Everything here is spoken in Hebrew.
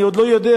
אני עוד לא יודע,